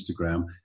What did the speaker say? Instagram